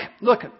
look